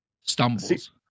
stumbles